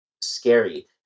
scary